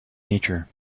nature